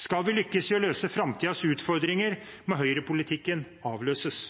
Skal vi lykkes i å løse framtidens utfordringer, må høyrepolitikken avløses.